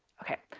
okay.